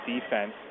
defense